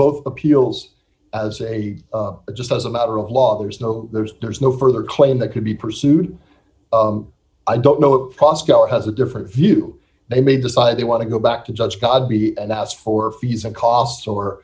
both appeals as a just as a matter of law there's no there's there's no further claim that could be pursued i don't know if pasco has a different view they may decide they want to go back to judge god b and as for fees and costs or